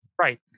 Right